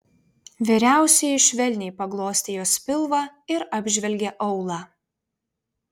vyriausioji švelniai paglostė jos pilvą ir apžvelgė aulą